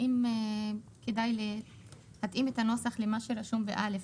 האם כדאי להתאים את הנוסח למה שרשום ב-(א),